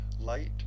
Light